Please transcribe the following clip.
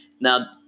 Now